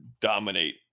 dominate